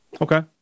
Okay